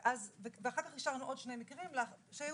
ואחר כך אישרנו עוד שני מקרים שהיו